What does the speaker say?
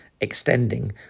extending